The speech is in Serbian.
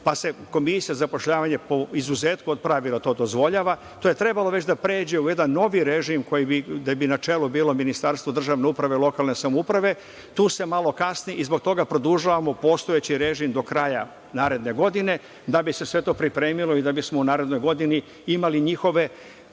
pa se Komisiji za zapošljavanje po izuzetku od pravila to dozvoljava. To je trebalo već da pređe u jedan novi režim gde bi na čelu bilo Ministarstvo državne uprave, lokalne samouprave. Tu se malo kasni i zbog toga produžavamo postojeći režim do kraja naredne godine da bi se sve to pripremilo i da bismo u narednoj godini imali njihove